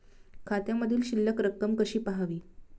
खात्यामधील शिल्लक रक्कम कशी पहावी?